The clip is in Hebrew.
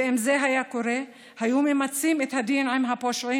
ואם זה היה קורה, היו ממצים את הדין עם הפושעים.